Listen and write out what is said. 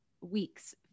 weeks